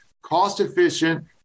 cost-efficient